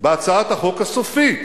בהצעת החוק הסופית.